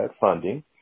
funding